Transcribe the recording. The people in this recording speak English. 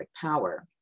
power